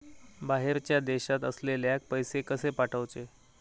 बाहेरच्या देशात असलेल्याक पैसे कसे पाठवचे?